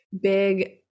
big